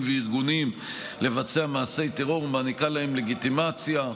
וארגונים לבצע מעשי טרור ומעניקה להם לגיטימציה,